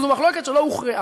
אז זו מחלוקת שלא הוכרעה.